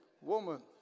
woman